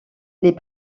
les